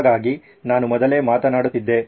ಹಾಗಾಗಿ ನಾನು ಮೊದಲೇ ಮಾತನಾಡುತ್ತಿದ್ದೆ